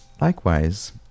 likewise